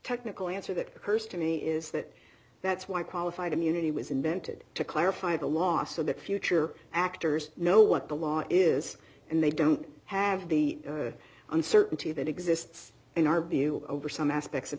technical answer that occurs to me is that that's why qualified immunity was invented to clarify the law so that future actors know what the law is and they don't have the uncertainty that exists in our view over some aspects of